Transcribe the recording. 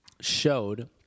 showed